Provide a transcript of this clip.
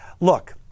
Look